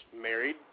married